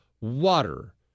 water